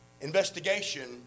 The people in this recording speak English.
investigation